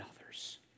others